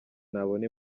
ntabona